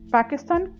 Pakistan